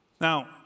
Now